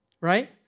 right